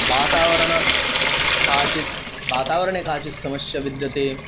वातावरणे काचित् वातावरणे काचित् समस्या विद्यते